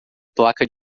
placa